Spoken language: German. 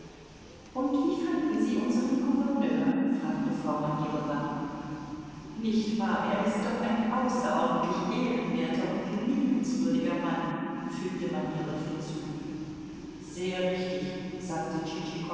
und wie fanden sie unseren gouverneur fragte frau manilowa nicht wahr er ist doch ein außerordentlich ehrenwerter und liebenswürdiger mann fügte manilow hinzu sehr richtig sagte